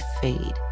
fade